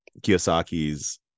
Kiyosaki's